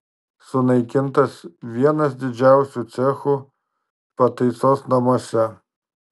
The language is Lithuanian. sunaikintas vienas didžiausių cechų pataisos namuose